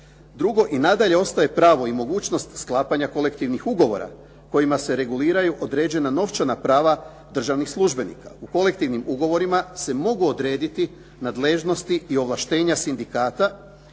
Drugo i nadalje ostaje pravo i mogućnost sklapanja kolektivnih ugovora kojima se reguliraju određena novčana prava državnih službenika. U kolektivnim ugovorima se mogu odrediti nadležnosti i ovlaštenja sindikata